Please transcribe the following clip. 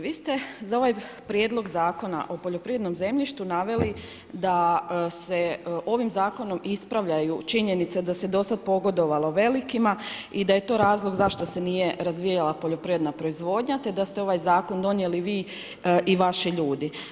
Vi ste za ovaj Prijedlog Zakona o poljoprivrednom zemljištu naveli da se ovim zakonom ispravljaju činjenice da se do sada pogodovalo velikima i da je to razlog zašto se nije razvijala poljoprivredna proizvodnja te da ste ovaj zakon donijeli vi i vaši ljudi.